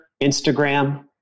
Instagram